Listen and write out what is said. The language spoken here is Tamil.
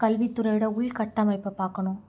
கல்வித்துறையோட உள்கட்டமைப்பை பார்க்கணும்